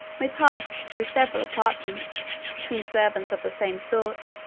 we passed through several apartments, between servants of the same sort,